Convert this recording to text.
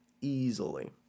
Easily